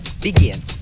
begin